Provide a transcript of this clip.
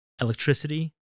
Electricity